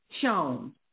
shown